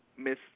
Miss